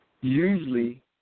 usually